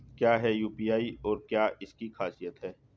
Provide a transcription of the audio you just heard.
क्या है यू.पी.आई और क्या है इसकी खासियत?